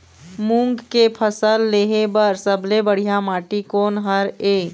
मूंग के फसल लेहे बर सबले बढ़िया माटी कोन हर ये?